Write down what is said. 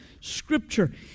Scripture